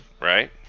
right